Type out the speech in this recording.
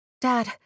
Dad